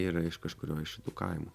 yra iš kažkurio iš šitų kaimo